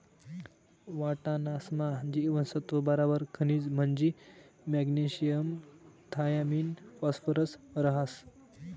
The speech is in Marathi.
वाटाणासमा जीवनसत्त्व बराबर खनिज म्हंजी मॅग्नेशियम थायामिन फॉस्फरस रहास